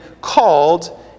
called